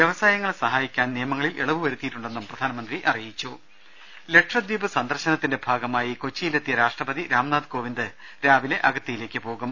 വ്യവസായങ്ങളെ സഹാ യിക്കാൻ നിയമങ്ങളിൽ ഇളവു വരുത്തിയിട്ടുണ്ടെന്നും പ്രധാനമന്ത്രി അറിയി ച്ചും ലക്ഷദ്ധീപ് സന്ദർശനത്തിന്റെ ഭാഗമായി കൊച്ചിയിൽ എത്തിയ രാഷ്ട്രപതി രാംനാഥ് കോവിന്ദ് രാവിലെ അഗത്തിയിലേക്ക് പോകും